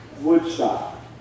Woodstock